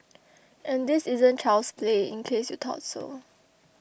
and this isn't child's play in case you thought so